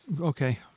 Okay